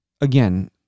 Again